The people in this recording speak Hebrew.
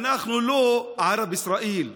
אנחנו לא "ערב ישראל".